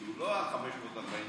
שהוא לא על 540 משפחות.